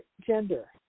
gender